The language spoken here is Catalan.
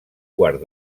quart